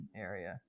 area